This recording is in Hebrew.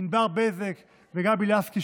ענבר בזק וגבי לסקי,